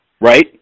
right